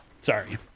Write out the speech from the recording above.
Sorry